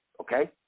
Okay